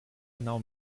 genau